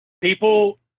People